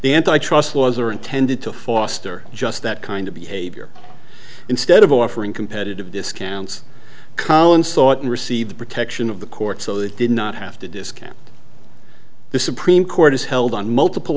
the anti trust laws are intended to foster just that kind of behavior instead of offering competitive discounts cohen sought and received protection of the court so they did not have to discount the supreme court has held on multiple